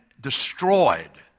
destroyed